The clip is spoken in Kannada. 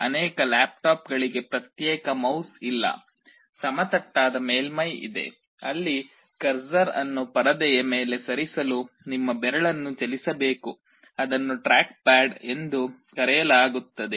ಅನೇಕ ಲ್ಯಾಪ್ಟಾಪ್ಗಳಿಗೆ ಪ್ರತ್ಯೇಕ ಮೌಸ್ ಇಲ್ಲ ಸಮತಟ್ಟಾದ ಮೇಲ್ಮೈ ಇದೆ ಅಲ್ಲಿ ಕರ್ಸರ್ ಅನ್ನು ಪರದೆಯ ಮೇಲೆ ಸರಿಸಲು ನಿಮ್ಮ ಬೆರಳನ್ನು ಚಲಿಸಬೇಕು ಅದನ್ನು ಟ್ರ್ಯಾಕ್ ಪ್ಯಾಡ್ ಎಂದು ಕರೆಯಲಾಗುತ್ತದೆ